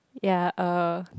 ya uh